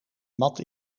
mat